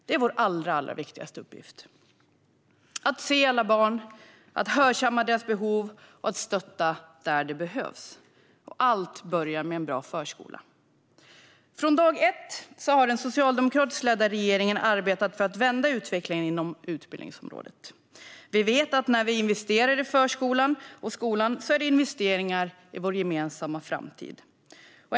Det är vår allra viktigaste uppgift att se alla barn, att hörsamma deras behov och att stötta där det behövs. Och allt börjar med en bra förskola. Från dag ett har den socialdemokratiskt ledda regeringen arbetat för att vända utvecklingen inom utbildningsområdet. Vi vet att när vi investerar i förskolan och skolan är det investeringar i vår gemensamma framtid.